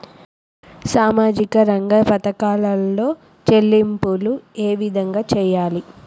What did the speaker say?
సామాజిక రంగ పథకాలలో చెల్లింపులు ఏ విధంగా చేయాలి?